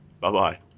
Bye-bye